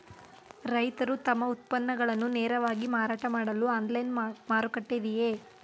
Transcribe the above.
ರೈತರು ತಮ್ಮ ಉತ್ಪನ್ನಗಳನ್ನು ನೇರವಾಗಿ ಮಾರಾಟ ಮಾಡಲು ಆನ್ಲೈನ್ ಮಾರುಕಟ್ಟೆ ಇದೆಯೇ?